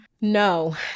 No